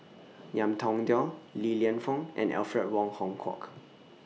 Ngiam Tong Dow Li Lienfung and Alfred Wong Hong Kwok